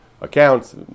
accounts